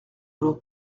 voulons